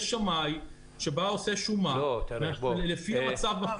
יש שמאי שעושה שומה, לפי המצב בפועל.